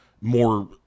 more